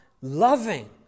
loving